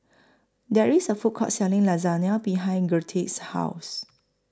There IS A Food Court Selling Lasagna behind Gerrit's House